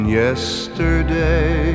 yesterday